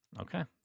okay